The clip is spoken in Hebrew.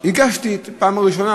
הגשתי בפעם הראשונה,